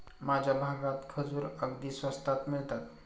माझ्या भागात खजूर अगदी स्वस्तात मिळतात